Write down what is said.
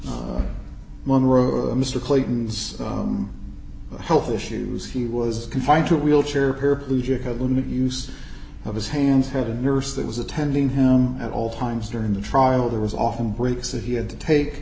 r monroe mr clayton's health issues he was confined to a wheelchair a paraplegic i wouldn't use of his hands had a nurse that was attending him at all times during the trial there was often breaks that he had to take